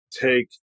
take